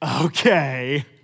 Okay